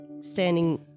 standing